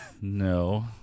No